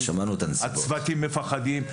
הצוותים מפחדים,